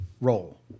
roll